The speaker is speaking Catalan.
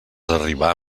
arribar